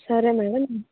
సరే మ్యాడం